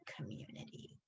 community